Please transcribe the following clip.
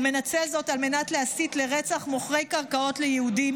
הוא מנצל זאת על מנת להסית לרצח מוכרי קרקעות ליהודים.